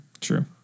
True